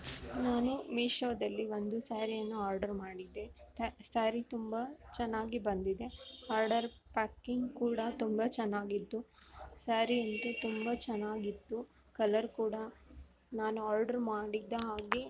ನಾನು ಮೀಶೋದಲ್ಲಿ ಒಂದು ಸ್ಯಾರಿಯನ್ನು ಆರ್ಡ್ರ್ ಮಾಡಿದ್ದೆ ತ ಸ್ಯಾರಿ ತುಂಬ ಚೆನ್ನಾಗಿ ಬಂದಿದೆ ಆರ್ಡರ್ ಪ್ಯಾಕಿಂಗ್ ಕೂಡ ತುಂಬ ಚೆನ್ನಾಗಿತ್ತು ಸ್ಯಾರಿ ಅಂತು ತುಂಬ ಚೆನ್ನಾಗಿತ್ತು ಕಲರ್ ಕೂಡ ನಾನು ಆರ್ಡ್ರ್ ಮಾಡಿದ ಹಾಗೆ